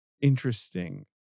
interesting